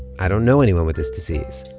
i don't know anyone with this disease.